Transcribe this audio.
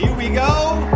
we go.